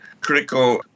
critical